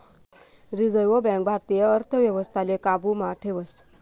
reserve bank भारतीय अर्थव्यवस्थाले काबू मा ठेवस